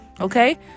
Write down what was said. Okay